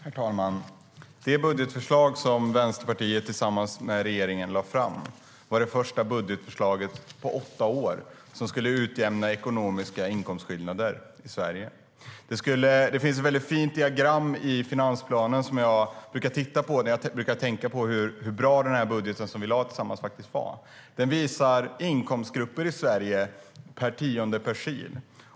Herr talman! Det budgetförslag som Vänsterpartiet lade fram tillsammans med regeringen var det första budgetförslaget på åtta år som skulle utjämna ekonomiska inkomstskillnader i Sverige. Det finns ett fint diagram i finansplanen som jag brukar titta på när jag tänker på hur bra den budget som vi lade fram tillsammans faktiskt var. Det visar inkomstgrupper i Sverige per tionde percentil.